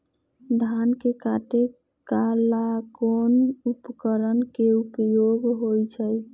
धान के काटे का ला कोंन उपकरण के उपयोग होइ छइ?